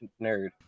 nerd